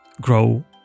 grow